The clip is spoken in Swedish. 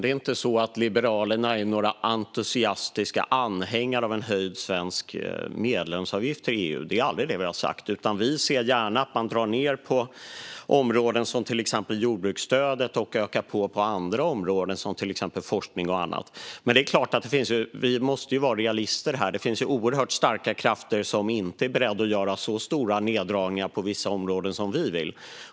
Det är inte så att Liberalerna är några entusiastiska anhängare av en höjd svensk medlemsavgift till EU. Det har vi aldrig sagt, utan vi ser gärna att man drar ned på områden som till exempel jordbruksstödet och att man ökar på inom andra områden, till exempel forskning och annat. Men det är klart att vi måste vara realister här. Det finns oerhört starka krafter som inte är beredda att göra så stora neddragningar på vissa områden som vi vill.